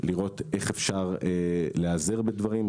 כדי לראות איך אפשר להיעזר בדברים.